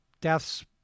deaths